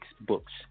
books